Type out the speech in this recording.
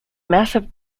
massive